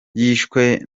yishwe